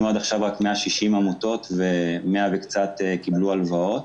עד עכשיו רק 160 עמותות ו-93 עמותות קיבלו הלוואות.